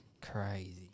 Crazy